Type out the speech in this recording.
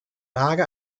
lage